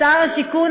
שר השיכון,